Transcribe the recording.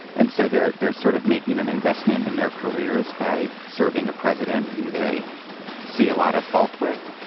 and so they're they're sort of making an investment in their careers by serving a president who they see a lot of fault with.